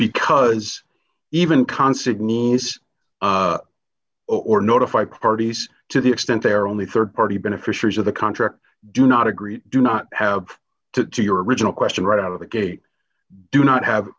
nice or notify parties to the extent they are only rd party beneficiaries of the contract do not agree do not have to do your original question right out of the gate do not have